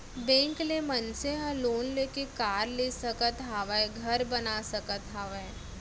bank ले मनसे ह लोन लेके कार ले सकत हावय, घर बना सकत हावय